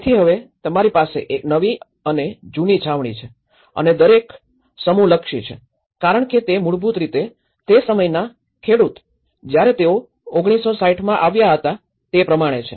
તેથી હવે એક તમારી પાસે નવી અને જૂની છાવણી છે અને દરેક સમૂહ લક્ષી છે કારણ કે તે મૂળભૂત રીતે તે સમયના ખેડૂત જ્યારે તેઓ ૧૯૬૦ માં આવ્યા હતા તે પ્રમાણે છે